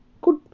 Good